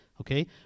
okay